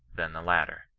than the latter.